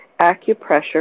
Acupressure